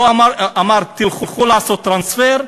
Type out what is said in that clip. הוא לא אמר: תלכו לעשות טרנספר,